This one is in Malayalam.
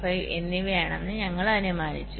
5 എന്നിവയാണെന്ന് ഞങ്ങൾ അനുമാനിച്ചു